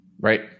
right